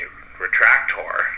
retractor